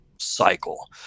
cycle